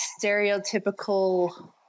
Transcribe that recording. stereotypical